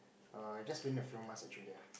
err it just being a few month actually ah